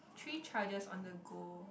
three charges on the go